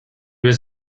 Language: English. was